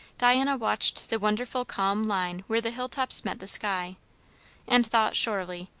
diana watched the wonderful calm line where the hill-tops met the sky and thought, surely,